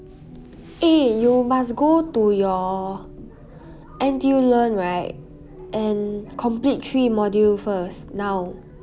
eh you must go to your NTULearn right and complete three module first now